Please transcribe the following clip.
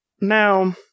now